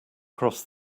cross